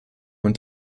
und